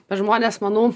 pas žmones manau